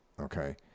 okay